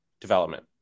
Development